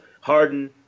Harden